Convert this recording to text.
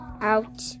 out